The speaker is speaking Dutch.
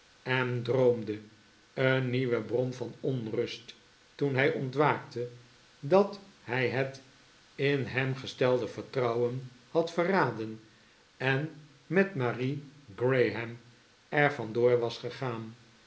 en droomde een nieuwe bron van onrust toen hij ontwaakte dat hij het in hem gestelde vertrouwen had verraden en met marie graham er vandoor was gegaan